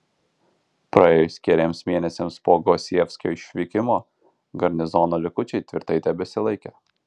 praėjus keliems mėnesiams po gosievskio išvykimo garnizono likučiai tvirtai tebesilaikė